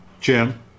Jim